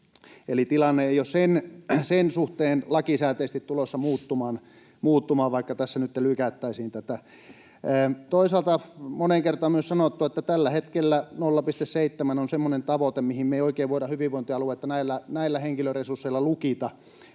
Eli tilanne ei ole sen suhteen lakisääteisesti tulossa muuttumaan, vaikka tässä nytten lykättäisiin tätä. Toisaalta moneen kertaan on myös sanottu, että tällä hetkellä 0,7 on semmoinen tavoite, mihin me ei oikein voida hyvinvointialuetta näillä henkilöresursseilla lukita,